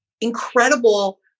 incredible